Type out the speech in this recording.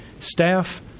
staff